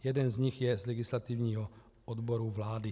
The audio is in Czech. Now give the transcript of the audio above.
Jeden z nich je z legislativního odboru vlády.